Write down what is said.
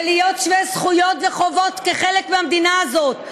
ולהיות שווי זכויות וחובות כחלק מהמדינה הזאת.